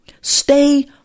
stay